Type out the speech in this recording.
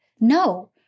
No